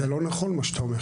זה לא נכון מה שאתה אומר.